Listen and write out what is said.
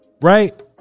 Right